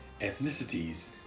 ethnicities